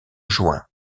juin